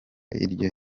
iryo